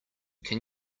can